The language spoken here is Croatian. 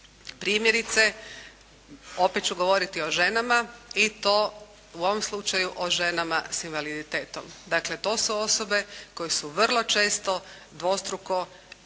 Primjerice, opet ću govoriti o ženama i to u ovom slučaju o ženama s invaliditetom. Dakle to su osobe koje su vrlo često dvostruko,